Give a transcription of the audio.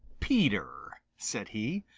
peter, said he,